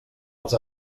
els